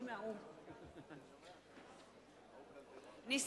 (קוראת בשמות חברי הכנסת) מגלי והבה, מצביע נסים